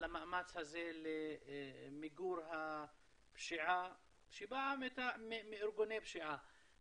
למאמץ הזה למיגור הפשיעה שבאה מארגוני פשיעה.